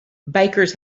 bakers